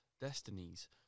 Destinies